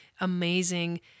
amazing